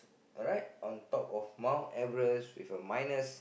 alright on top of Mt-Everest with a minus